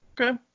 Okay